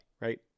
right